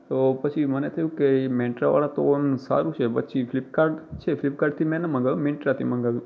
તો પછી મને થયું કે એ મિન્ટ્રાવાળા તો આમ સારું છે પછી ફ્લિપકાર્ટ છે ફ્લિપકાર્ટથી મેં ન મગાવ્યું મિન્ટ્રાથી મગાવ્યું